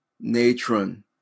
Natron